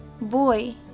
boy